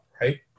Right